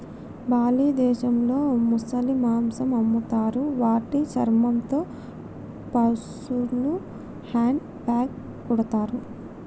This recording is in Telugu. బాలి దేశంలో ముసలి మాంసం అమ్ముతారు వాటి చర్మంతో పర్సులు, హ్యాండ్ బ్యాగ్లు కుడతారు